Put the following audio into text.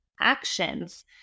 actions